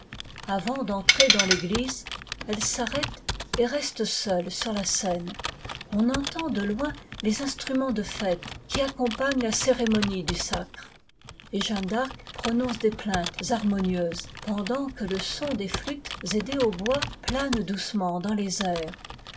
avant d'entrer dans t'égtise elle s'arrête et reste seule sur la scène on entend de loin les instruments de fête qui accompagnent la cérémonie du sacre et jeanne d'arc prononce des plaintes harmonieuses pendant que le son des flûtes et des hautbois plane doucement dans les airs